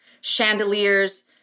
chandeliers